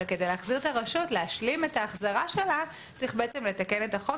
וכדי להחזיר את הרשות להשלים את ההחזרה שלה צריך לתקן את החוק.